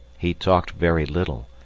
he talked very little,